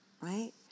Right